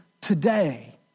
today